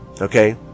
okay